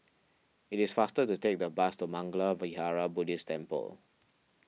it is faster to take the bus to Mangala Vihara Buddhist Temple